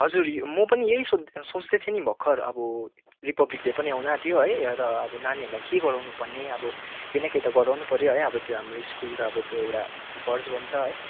हजुर यो म पनि यही सोच् सोच्दै थिएँ नि भर्खर अब रिपब्लिक डे पनि आउनु आँट्यो है र अब नानीहरूलाई के गराउनु पर्ने अब केही न केही त गराउनु पर्यो है त्यो हाम्रो स्कुलको अब त्यो एउटा फर्ज बन्छ है